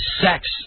sex